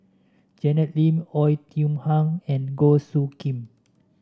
Janet Lim Oei Tiong Ham and Goh Soo Khim